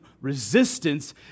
resistance